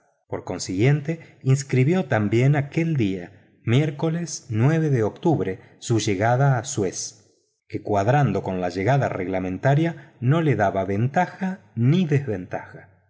por consiguiente inscribió también aquel día miércoles de octubre su llegada a suez que cuadrando con la llegada reglamentaria no le daba ventaja ni desventaja